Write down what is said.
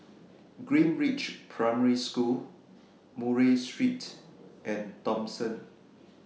Greenridge Primary School Murray Street and Thomson